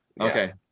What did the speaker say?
Okay